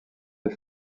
des